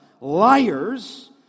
liars